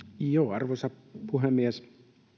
arvoisa puhemies